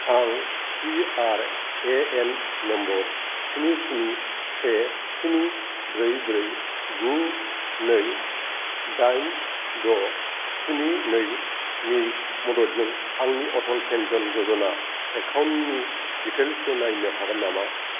आं PRAN number स्नि स्नि से स्नि ब्रै ब्रै गु नै दाइन द' स्नि नै नि मददजों आंनि अटल पेन्सन य'जना एकाउन्टनि डिटेइल्सखौ नायनो हागोन नामा